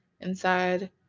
inside